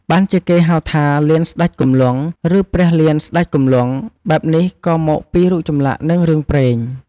បានជាគេហៅ លានស្តេចគំលង់ ឬព្រះលានស្តេចគំលង់ បែបនេះក៏មកពីរូបចម្លាក់និងរឿងព្រេង។